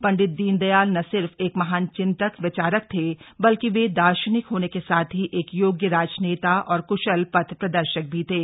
पंडित दीनदयाल न सिर्फ एक महान चिंतक विचारक थे बल्कि वे दार्शनिक होने के साथ ही एक योग्य राजनेता और कुशल पथ प्रदर्शक भी थे